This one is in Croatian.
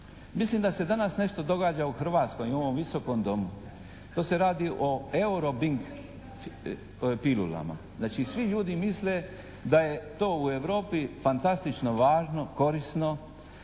Mislim da se danas nešto događa u Hrvatskoj u ovom visokom domu. To se radi o eurobing pilulama. Znači, svi ljudi misle da je to u Europi fantastično važno, korisno,